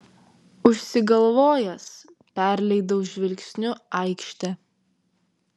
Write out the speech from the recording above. užsigalvojęs perleidau žvilgsniu aikštę